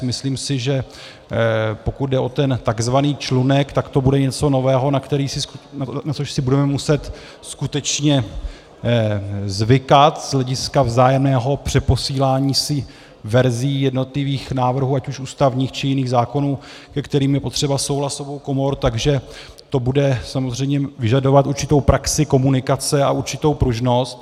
Myslím si, že pokud jde o ten takzvaný člunek, tak to bude něco nového, na což si budeme muset skutečně zvykat z hlediska vzájemného přeposílání si verzí jednotlivých návrhů ať už ústavních, či jiných zákonů, ke kterým je potřeba souhlasu obou komor, takže to bude samozřejmě vyžadovat určitou praxi komunikace a určitou pružnost.